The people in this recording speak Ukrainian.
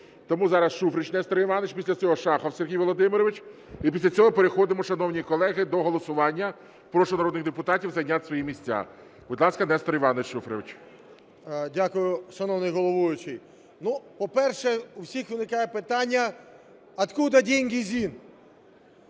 Тому зараз Шуфрич Нестор Іванович. Після цього Шахов Сергій Володимирович. І після цього переходимо, шановні колеги, до голосування. Прошу народних депутатів зайняти свої місця. Будь ласка, Нестор Іванович Шуфрич. 12:57:21 ШУФРИЧ Н.І. Дякую, шановний головуючий. По-перше, у всіх виникає питання – откуда деньги,